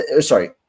sorry